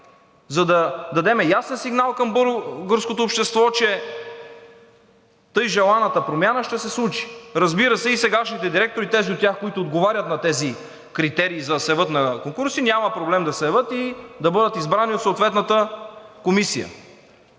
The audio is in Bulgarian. за да дадем ясен сигнал към българското общество, че така желаната промяна ще се случи. Разбира се, и тези от сегашните директори, които отговарят на критериите, за да се явят на конкурс, няма проблем да се явят и да бъдат избрани от съответната комисия.